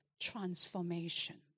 transformation